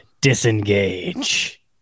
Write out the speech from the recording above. disengage